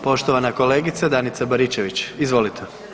Poštovana kolegica Danica Baričević, izvolite.